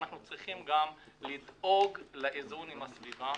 ואנחנו צריכים גם לדאוג לאיזון עם הסביבה.